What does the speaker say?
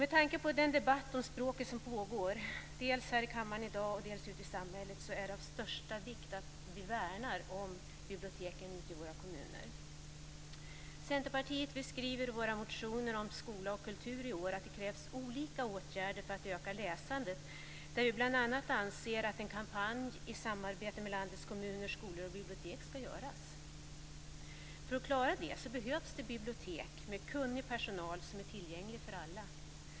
Med tanke på den debatt om språket som pågår dels här i kammaren i dag, dels ute i samhället, är det av största vikt att vi värnar om biblioteken ute i våra kommuner. Centerpartiet skriver i sina motioner om skola och kultur i år att det krävs olika åtgärder för att öka läsandet. Vi anser bl.a. att det ska genomföras en kampanj i samarbete mellan landets kommuner, skolor och bibliotek. För att klara det behövs det bibliotek med kunnig personal som är tillgänglig för alla.